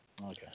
Okay